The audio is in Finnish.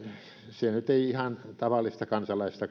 se nyt ei ihan tavallista kansalaista